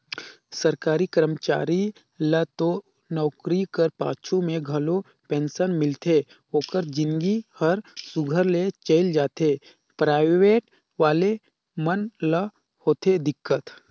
सरकारी करमचारी ल तो नउकरी कर पाछू में घलो पेंसन मिलथे ओकर जिनगी हर सुग्घर ले चइल जाथे पराइबेट वाले मन ल होथे दिक्कत